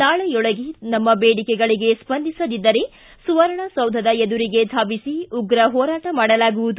ನಾಳೆಯೊಳಗೆ ನಮ್ಮ ಬೇಡಿಕೆಗಳಿಗೆ ಸ್ವಂದಿಸದಿದ್ದರೆ ಸುವರ್ಣ ಸೌಧದ ಎದುರಿಗೆ ಧಾವಿಸಿ ಉಗ್ರ ಹೋರಾಟ ಮಾಡಲಾಗುವುದು